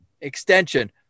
extension